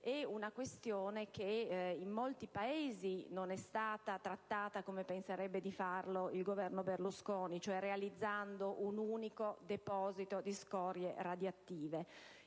è una questione che in molti Paesi non è stata trattata come penserebbe di farlo il Governo Berlusconi, cioè realizzando un unico deposito di scorie radioattive.